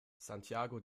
santiago